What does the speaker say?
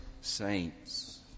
saints